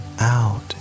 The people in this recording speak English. out